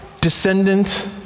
descendant